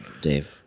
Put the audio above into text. Dave